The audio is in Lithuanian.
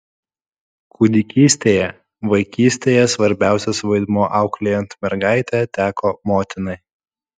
kūdikystėje vaikystėje svarbiausias vaidmuo auklėjant mergaitę teko motinai